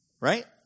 Right